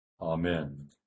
Amen